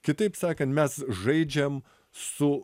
kitaip sakant mes žaidžiam su